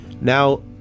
Now